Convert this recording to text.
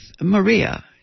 Maria